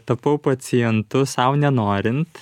tapau pacientu sau nenorint